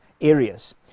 areas